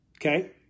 Okay